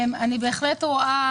אני רואה